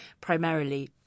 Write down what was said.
primarily